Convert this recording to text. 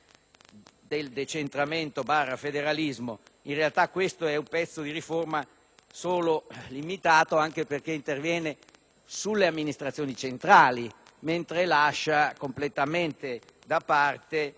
del decentramento-federalismo). In realtà, questa è una parte di riforma limitata anche perché interviene sulle amministrazioni centrali, lasciando completamente da parte